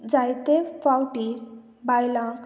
जायते फावटी बायलांक